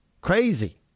Crazy